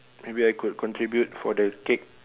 maybe I could contribute for the cake